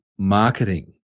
marketing